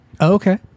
Okay